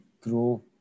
grow